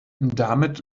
damit